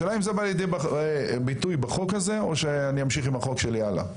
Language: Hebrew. השאלה אם זה בא לידי ביטוי בחוק הזה או שאני אמשיך עם החוק שלי הלאה.